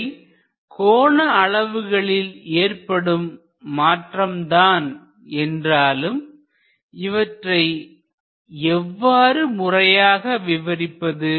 இவை கோண அளவுகளில் ஏற்படும் மாற்றம் தான் என்றாலும் இவற்றை எவ்வாறு முறையாக விவரிப்பது